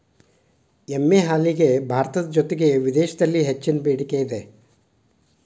ಎಮ್ಮೆ ಹಾಲಿಗೆ ಭಾರತದ ಜೊತೆಗೆ ವಿದೇಶಿದಲ್ಲಿ ಹೆಚ್ಚಿನ ಬೆಡಿಕೆ ಇದೆ